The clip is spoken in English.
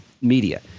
media